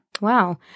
Wow